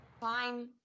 fine